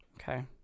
Okay